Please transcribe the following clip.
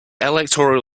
electoral